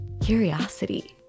curiosity